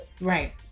Right